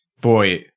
boy